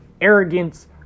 arrogance